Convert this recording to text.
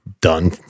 done